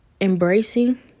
embracing